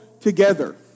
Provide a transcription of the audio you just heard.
together